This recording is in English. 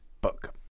book